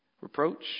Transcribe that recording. reproach